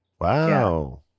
Wow